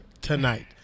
tonight